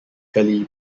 gully